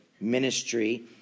ministry